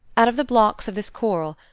out of the blocks of this korl,